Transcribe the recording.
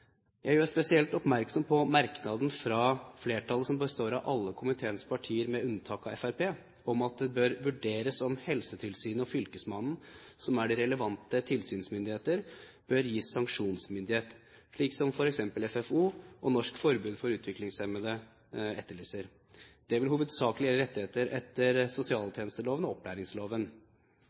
Jeg gjør spesielt oppmerksom på merknaden fra flertallet som består av medlemmer fra alle komiteens partier, med unntak av medlemmene fra Fremskrittspartiet, om at det bør vurderes om Helsetilsynet og fylkesmannen, som er de relevante tilsynsmyndigheter, bør gis sanksjonsmyndighet, slik som f.eks. FFO og Norsk Forbund for Utviklingshemmede etterlyser. Det vil hovedsakelig gjelde rettigheter etter sosialtjenesteloven og opplæringsloven.